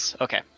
Okay